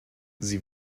sie